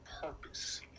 purpose